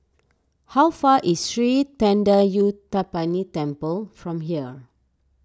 how far away is Sri thendayuthapani Temple from here